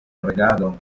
regadon